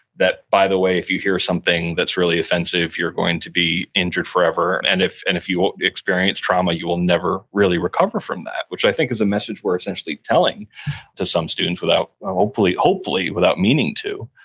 that by the way, if you hear something that's really offensive you're going to be injured forever, and if and if you experience trauma you will never really recover from that, which i think is a message we're essentially telling to some students ah hopefully hopefully without meaning to,